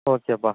ஓகேப்பா